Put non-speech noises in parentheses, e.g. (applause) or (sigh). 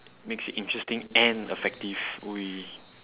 makes it interesting and effective (noise)